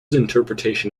interpretation